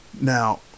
Now